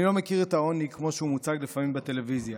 אני לא מכיר את העוני כמו שהוא מוצג לפעמים בטלוויזיה,